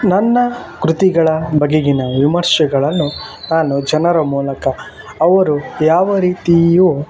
ನನ್ನ ಕೃತಿಗಳ ಬಗೆಗಿನ ವಿಮರ್ಶೆಗಳನ್ನು ನಾನು ಜನರ ಮೂಲಕ ಅವರು ಯಾವ ರೀತಿಯು